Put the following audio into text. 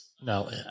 no